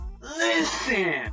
Listen